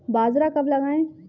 बाजरा कब लगाएँ?